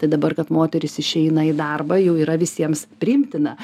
tai dabar kad moteris išeina į darbą jau yra visiems priimtina